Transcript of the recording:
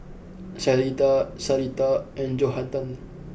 Syreeta Sarita and Johathan